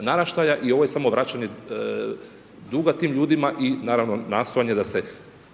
naraštaja i ovo je samo vraćanje duga tim ljudima i naravno nastojanje da se